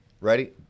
Ready